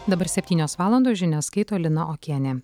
dabar septynios valandos žinias skaito lina okienė